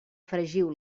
fregiu